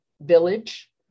village